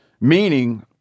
Meaning